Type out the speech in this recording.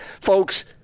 Folks